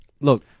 Look